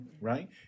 Right